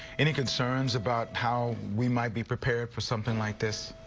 any concerns about how we might be prepared for something like this.